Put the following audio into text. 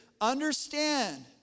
Understand